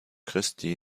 christi